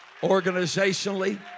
organizationally